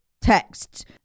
texts